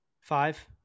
Five